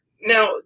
Now